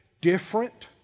different